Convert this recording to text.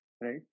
right